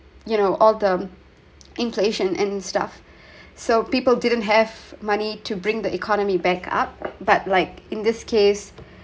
you know all the inflation and stuff so people didn't have money to bring the economy back up but like in this case